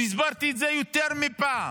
הסברתי את זה יותר מפעם.